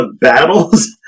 battles